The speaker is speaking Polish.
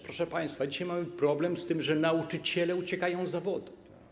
Proszę państwa, dzisiaj mamy problem z tym, że nauczyciele uciekają z zawodu.